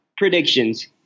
predictions